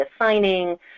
assigning